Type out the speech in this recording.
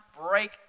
break